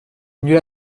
nulle